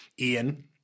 Ian